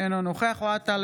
אינו נוכח אוהד טל,